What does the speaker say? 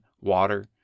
water